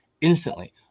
instantly